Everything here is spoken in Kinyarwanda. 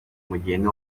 mugende